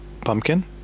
Pumpkin